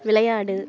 விளையாடு